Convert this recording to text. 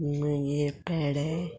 मागीर पेडें